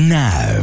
now